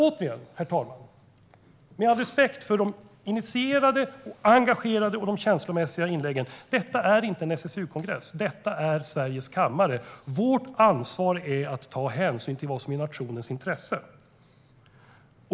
Återigen: Med all respekt för de initierade, engagerade och känslomässiga inläggen - detta är inte en SSU-kongress. Detta är kammaren i Sveriges riksdag. Vårt ansvar är att ta hänsyn till nationens intresse.